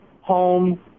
home